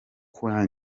bitewe